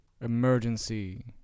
emergency